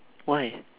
why